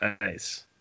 Nice